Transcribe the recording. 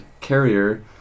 carrier